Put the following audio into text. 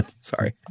Sorry